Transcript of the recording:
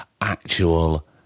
actual